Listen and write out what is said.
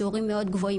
שיעורים מאוד גבוהים.